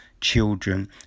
children